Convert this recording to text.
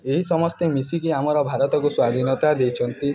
ଏହି ସମସ୍ତେ ମିଶିକି ଆମର ଭାରତକୁ ସ୍ଵାଧୀନତା ଦେଇଛନ୍ତି